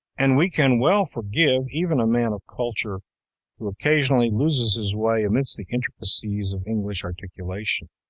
and we can well forgive even a man of culture who occasionally loses his way amidst the intricacies of english articulation,